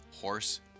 horse